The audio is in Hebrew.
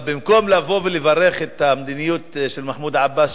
במקום לבוא ולברך על המדיניות של מחמוד עבאס,